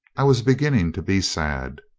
i was beginning to be sad.